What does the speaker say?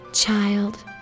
Child